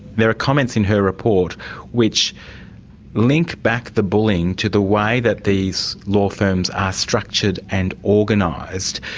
there are comments in her report which link back the bullying to the way that these law firms are structured and organised,